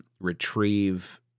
retrieve